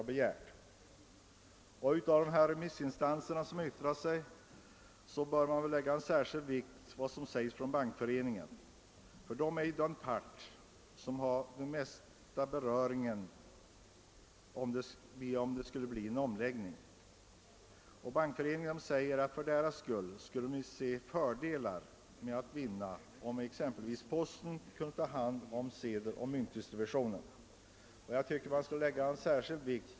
Av de yttranden som inkommit från remissinstanser bör särskild vikt läggas vid vad som framhållits av Bankföreningen, eftersom det är den part som mest beröres av en eventuell omläggning. Och Bankföreningen anser att för föreningens del skulle fördelar vara att vinna på om exempelvis posten tog hand om sedeloch myntdistributionen.